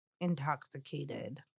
intoxicated